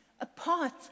apart